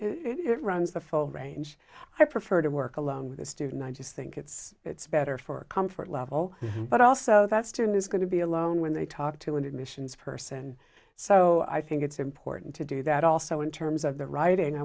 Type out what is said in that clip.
f it runs the full range i prefer to work alone with a student i just think it's it's better for comfort level but also that student is going to be alone when they talk to an admissions person so i think it's important to do that also in terms of the writing i